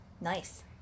Nice